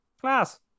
Class